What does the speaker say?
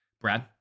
Brad